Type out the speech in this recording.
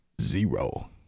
Zero